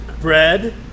Bread